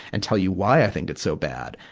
and tell you why i think it's so bad.